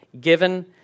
given